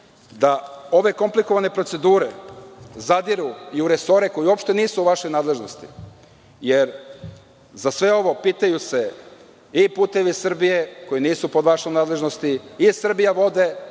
da ove komplikovane procedure zadiru i u resore koji uopšte nisu u vašoj nadležnosti jer za sve ovo pitaju se i „Putevi Srbije“ koji nisu pod vašom nadležnošću i „Srbijavode“